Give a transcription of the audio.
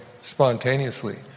spontaneously